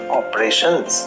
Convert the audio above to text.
operations